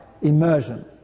immersion